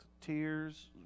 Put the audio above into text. tears